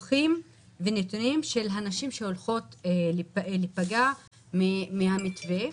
פילוח ונתונים של הנשים שעומדות להיפגע מהמתווה,